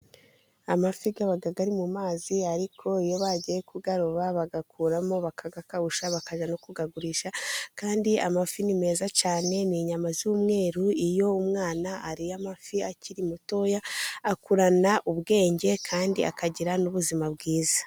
Amafi aba ari mu mazi, ariko iyo bagiye kuyaroba, bayakuramo, bakayakawusha bakajya no kuyagurisha, kandi amafi ni meza cyane ni inyama z'umweru. Iyo umwana ariye amafi akiri mutoya akurana ubwenge, kandi akagira n'ubuzima bwiza.